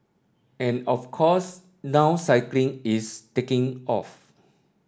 and of course now cycling is taking off